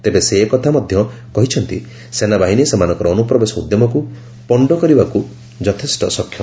ତେବେ ସେ ଏ କଥା ମଧ୍ୟ କହିଛନ୍ତି ସେନାବାହିନୀ ସେମାନଙ୍କର ଅନୁପ୍ରବେଶ ଉଦ୍ୟମକୁ ପଣ୍ଡ କରିବାକୁ ଯଥେଷ୍ଟ ସକ୍ଷମ